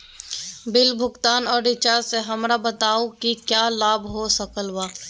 Bill भुगतान और recharge से हमरा बताओ कि क्या लाभ हो सकल बा?